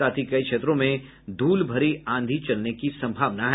साथ ही कई क्षेत्रों में ध्रलभरी आंधी चलने की सम्भावना हैं